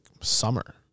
summer